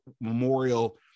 Memorial